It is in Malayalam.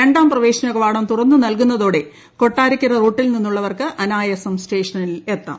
രണ്ടാം പ്രവേശനകവാടം തുറന്നു നൽകുന്നതോടെ കൊട്ടാരക്കര റൂട്ടിൽ നിന്നുള്ളവർക്ക് അനായാസം സ്റ്റേഷനിൽ എത്താം